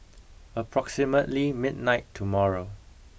approximately midnight tomorrow